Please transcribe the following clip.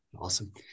Awesome